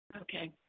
Okay